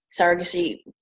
surrogacy